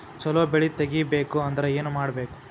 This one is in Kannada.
ಛಲೋ ಬೆಳಿ ತೆಗೇಬೇಕ ಅಂದ್ರ ಏನು ಮಾಡ್ಬೇಕ್?